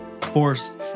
Force